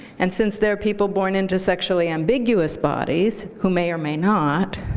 and since there are people born into sexually ambiguous bodies who may or may not,